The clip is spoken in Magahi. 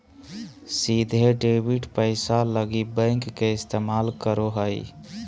सीधे डेबिट पैसा लगी बैंक के इस्तमाल करो हइ